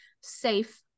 safe